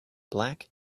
black